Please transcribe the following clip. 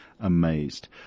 amazed